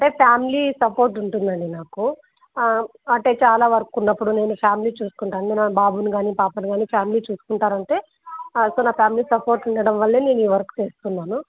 అంటే family support ఉంటుందండి నాకు అంటే చాలా వర్క్ ఉన్నప్పుడు నేను ఫ్యామిలీ చూసుకుంటాను నేను నా బాబును కానీ పాపను కానీ ఫ్యామిలీ చూసుకుంటారంటే సో నా ఫ్యామిలీ సపోర్ట్ ఉండడం వల్లే నేను ఈ వర్క్ చేస్తున్నాను